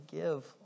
give